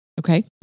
Okay